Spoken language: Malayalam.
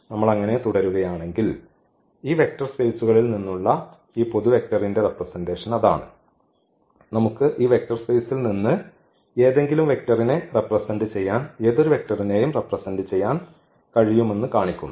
നമ്മൾ അങ്ങനെ തുടരുകയാണെങ്കിൽ ഈ വെക്റ്റർ സ്പെയ്സുകളിൽ നിന്നുള്ള ഈ പൊതു വെക്റ്ററിന്റെ റെപ്രെസെന്റഷൻ അതാണ് നമുക്ക് ഈ വെക്റ്റർ സ്പേസിൽ നിന്ന് ഏതെങ്കിലും വെക്റ്ററിനെ റെപ്രെസെന്റ് ചെയ്യാൻ കഴിയുമെന്ന് കാണിക്കുന്നു